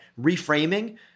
reframing